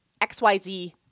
XYZ